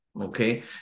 Okay